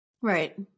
Right